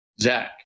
Zach